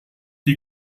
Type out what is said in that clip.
die